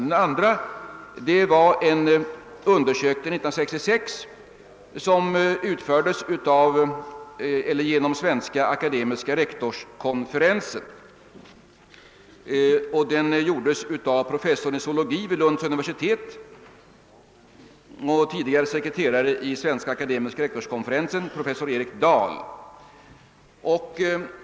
Den andra var en undersökning som 1966 utfördes genom svenska akademiska rektorskonferensen; den gjordes av professorn i zoologi vid Lunds universitet och tidigare sekreteraren i svenska akademiska rektorskonferensen Erik Dahl.